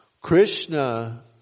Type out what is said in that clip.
Krishna